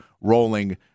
rolling